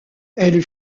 elle